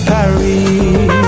Paris